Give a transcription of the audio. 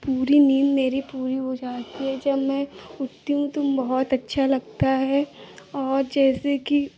पूरी नीन्द मेरी पूरी हो जाती है जब मैं उठती हूँ तो बहुत अच्छा लगता है और जैसे कि